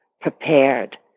prepared